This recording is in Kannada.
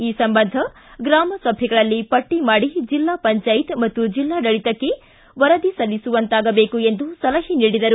ಈ ಸಂಬಂಧ ಗ್ರಾಮ ಸಭೆಗಳಲ್ಲಿ ಪಟ್ಟ ಮಾಡಿ ಜಿಲ್ಲಾ ಪಂಚಾಯತ್ ಮತ್ತು ಜಿಲ್ಲಾಡಳಿತಕ್ಕೆ ಸಲ್ಲಿಸುವಂತಾಗಬೇಕು ಎಂದು ಸಲಹೆ ಮಾಡಿದರು